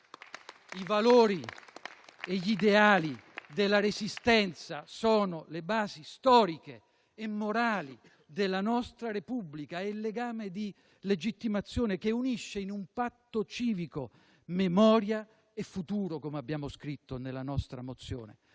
I valori e gli ideali della Resistenza sono le basi storiche e morali della nostra Repubblica e il legame di legittimazione che unisce in un patto civico memoria e futuro, come abbiamo scritto nella nostra mozione.